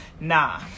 nah